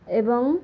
ଏବଂ